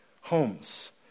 homes